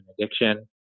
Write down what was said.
addiction